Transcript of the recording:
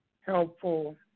helpful